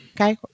Okay